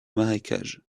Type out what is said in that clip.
marécages